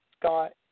Scott